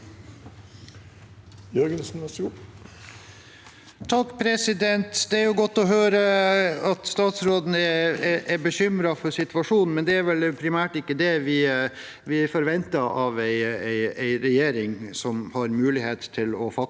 (R) Det er godt å høre at statsråden er bekymret for situasjonen, men det er ikke primært det vi forventer av en regjering som har mulighet til faktisk